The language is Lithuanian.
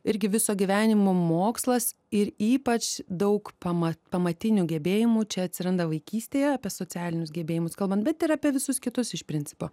irgi viso gyvenimo mokslas ir ypač daug pama pamatinių gebėjimų čia atsiranda vaikystėje apie socialinius gebėjimus kalbant bet ir apie visus kitus iš principo